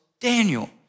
Daniel